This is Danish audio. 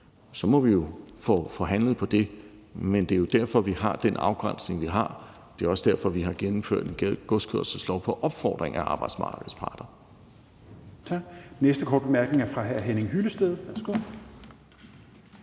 må vi jo få forhandlet om det. Men det er jo derfor, vi har den afgrænsning, vi har. Det er også derfor, vi har vedtaget en godskørselslov på opfordring af arbejdsmarkedets parter.